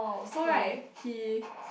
so right he